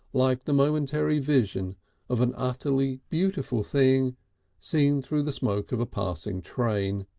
like the momentary vision of an utterly beautiful thing seen through the smoke of a passing train.